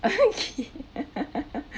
okay